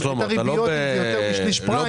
הריביות ביותר משליש פריים --- שלמה,